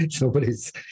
Nobody's